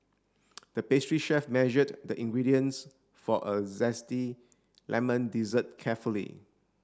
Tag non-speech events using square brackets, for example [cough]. [noise] the pastry chef measured the ingredients for a zesty lemon dessert carefully